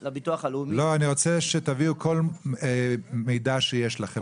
לא, אני רוצה שתביאו כל מידע שיש לכם.